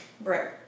Right